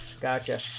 Gotcha